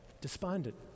despondent